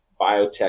biotech